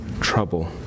trouble